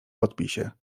podpisie